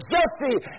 Jesse